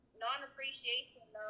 non-appreciation